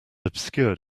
obscured